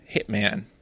Hitman